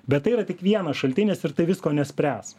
bet tai yra tik vienas šaltinis ir tai visko nespręs